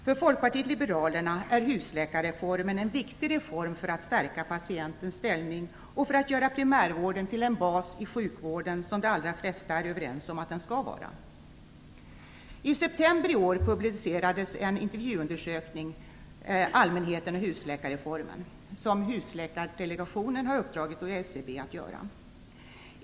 För Folkpartiet liberalerna är husläkarreformen en viktig reform för att stärka patientens ställning och för att göra primärvården till den bas i sjukvården som de allra flera är överens om att den skall vara. I september i år publicerades en intervjuundersökning, Allmänheten och husläkarreformen, som husläkardelegationen har uppdragit åt SCB att göra.